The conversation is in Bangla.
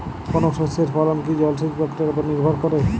কোনো শস্যের ফলন কি জলসেচ প্রক্রিয়ার ওপর নির্ভর করে?